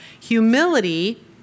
Humility